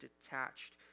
detached